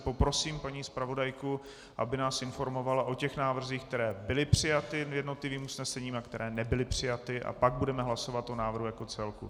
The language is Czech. Poprosím paní zpravodajku, aby nás informovala o těch návrzích, které byly přijaty v usnesení a které nebyly přijaty, a pak budeme hlasovat o návrhu jako o celku.